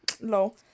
No